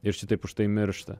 ir šitaip užtai miršta